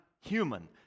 human